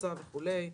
הנדסה וכולי.